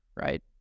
right